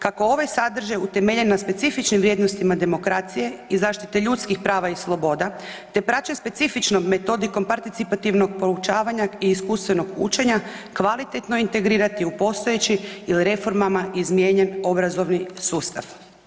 Kako ovaj sadržaj utemeljen na specifičnim vrijednostima demokracije i zaštiti ljudskih prava i sloboda te praćen specifičnom metodikom participativnog poučavanja i iskustvenog učenja kvalitetno integrirati u postojeći ili reformama izmijenjen obrazovni sustav.